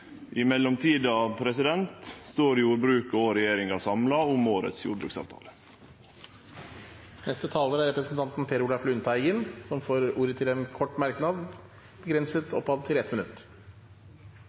I mellomtida står jordbruket og regjeringa samla om årets jordbruksavtale. Representanten Per Olaf Lundteigen har hatt ordet to ganger tidligere og får ordet til en kort merknad, begrenset